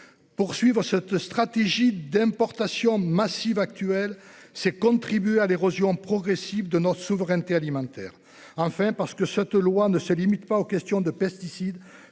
Poursuivons cette stratégie d'importations massives actuelles c'est contribuer à l'érosion progressive de notre souveraineté alimentaire. Enfin parce que cette loi ne se limite pas aux questions de pesticides,